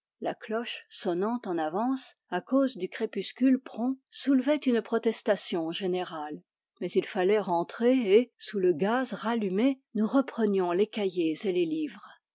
la cloche sonnant en avance à cause du crépuscule prompt soulevait une protestation générale mais il fallait rentrer et sous le gaz rallumé nous reprenions les cahiers et les livres